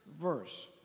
verse